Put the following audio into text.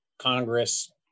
Congress